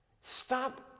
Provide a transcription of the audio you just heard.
Stop